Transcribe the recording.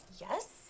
yes